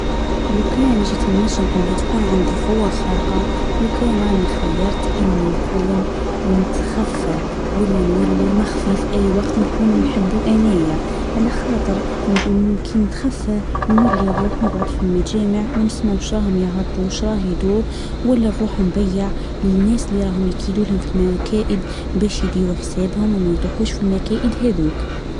لو كان جيت النجم انه تكون عندي القوة خارقة راني خيرت اني نكون متخفى ولا نولي مخفي في اي وقت نكون نحبو انايا على خاطر اني نتخفي نولي نروح نقعد في المجامع ونحنا واش راهم يهضرو شراه يدور ولا الروح نضيع للناس اللي راهم يفيدولهم في مكائد باش يديرو حسابهم وما يطيحوش في المكائد هادوك